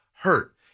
hurt